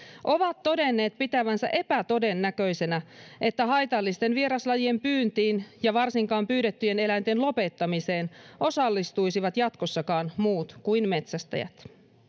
ovat todenneet pitävänsä epätodennäköisenä että haitallisten vieraslajien pyyntiin ja varsinkaan pyydettyjen eläinten lopettamiseen osallistuisivat jatkossakaan muut kuin metsästäjät